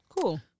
Cool